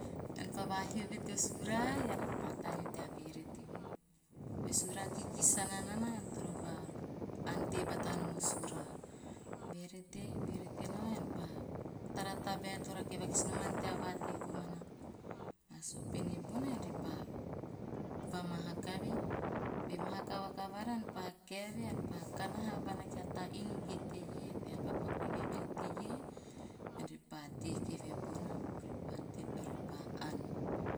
Ean pa vahio eve teo sura, ean repa taneo tea verete eve. Beo sura kikis sana nana ean toro va ante bata nom o sura. Verete, verete nao, tara tabae to ante vakis noman tea vatei komana sopene bona ean repa vamahaka eve. Be mahaka vakavara ean pa kae eve. Be mahaka vakavara ean pa kae ean pa kana bana kia ta inu teie bean pa paku kibona bene teie, ean repa ann.